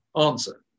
Answer